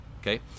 okay